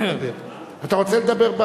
רוצה לדבר,